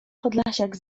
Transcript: podlasiak